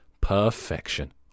perfection